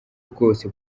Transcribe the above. bwose